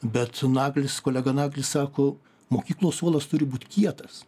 bet naglis kolega naglis sako mokyklos suolas turi būt kietas